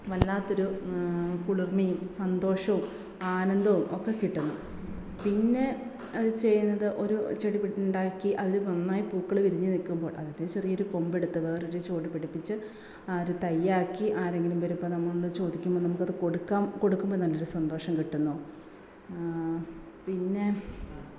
വല്ലാത്തൊരു കുളിർമ്മയും സന്തോഷവും ആനന്ദവും ഒക്കെ കിട്ടുന്നു പിന്നെ അത് ചെയ്യുന്നത് ഒരു ചെടി ഉണ്ടാക്കി അതിൽ നന്നായി പൂക്കൾ വിരിഞ്ഞ് നിൽക്കുമ്പോൾ അതിൽ ചെറിയ ഒരു കൊമ്പെടുത്ത് വേറെ ഒരു ചുവട് പിടിപ്പിച്ച് ആ ഒരു തയ്യാറാക്കി ആരെങ്കിലും വരുമ്പോൾ നമ്മൾ ചോദിക്കുമ്പം നമ്മൾക്ക് അത് കൊടുക്കാം കൊടുക്കുമ്പോൾ നല്ല സന്തോഷം കിട്ടുന്നു പിന്നെ